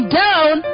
down